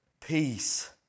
peace